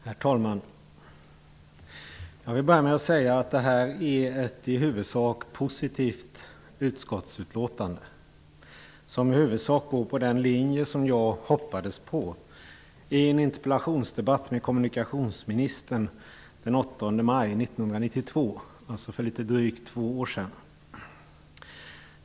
Herr talman! Jag vill börja med att säga att detta är ett i huvudsak positivt utskottsutlåtande som till största delen går på den linje jag hoppades på i en interpellationsdebatt med kommunikationsministern den 8 maj 1992, dvs. för litet drygt två år sedan.